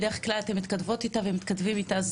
בדרך כלל אתם מתכתבות ומתכתבים איתה,